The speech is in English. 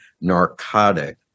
narcotic